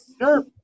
Sure